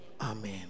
amen